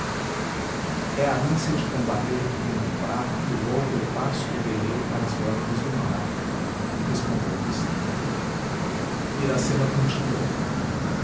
é a ânsia de combater o tupinambá que volve o passo do guerreiro para as bordas do mar respondeu o cristão iracema continuou